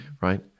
right